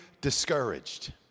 discouraged